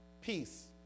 peace